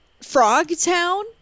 Frogtown